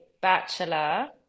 bachelor